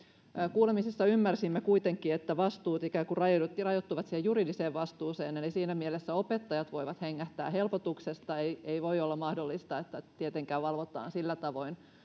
kuulemisessa ymmärsimme kuitenkin että vastuut ikään kuin rajoittuvat siihen juridiseen vastuuseen eli siinä mielessä opettajat voivat hengähtää helpotuksesta ei ei voi tietenkään olla mahdollista että valvotaan niitä olosuhteita mitä kotona on sillä tavoin